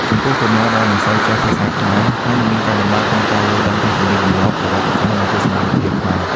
ចំពោះ កុមារដែលមិនសូវចេះភាសាខ្មែរ អាចនឹងមានការលំបាកក្នុងការយល់ដឹងពីទំនៀមទម្លាប់ ប្រវត្តិសាស្ត្រ និងទស្សនវិជ្ជាខ្មែរ។